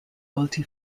multi